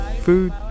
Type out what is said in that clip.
food